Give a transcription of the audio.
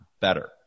better